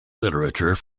literature